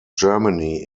germany